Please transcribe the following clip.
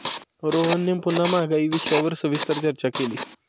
रोहनने पुन्हा महागाई विषयावर सविस्तर चर्चा केली